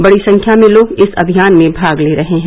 बड़ी संख्या में लोग इस अभियान में भाग ले रहे हैं